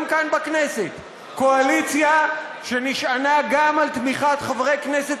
כאן בכנסת: קואליציה שנשענה גם על תמיכת חברי כנסת